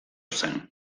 zen